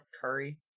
curry